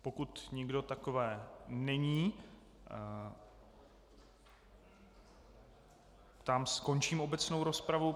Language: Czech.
Pokud nikdo takový není, tak skončím obecnou rozpravu.